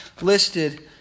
listed